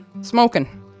smoking